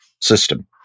system